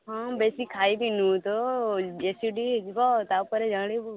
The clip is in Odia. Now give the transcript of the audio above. ହଁ ବେଶି ଖାଇଦେଇନୁ ତ ଏସିଡ଼ ହେଇଯିବ ତା ପରେ ଜାଣିବୁ